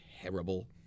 terrible